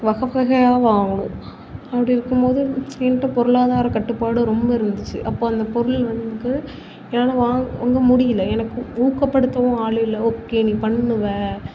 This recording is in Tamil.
வகை வகையாக வாங்கணும் அப்படி இருக்கும் போது என்கிட்ட பொருளாதார கட்டுப்பாடு ரொம்ப இருந்துச்சு அப்போது அந்த பொருள் வந்து என்னால் வா வாங்க முடியல எனக்கு ஊக்கப்படுத்தவும் ஆள் இல்லை ஓகே நீ பண்ணுவ